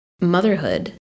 motherhood